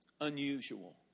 unusual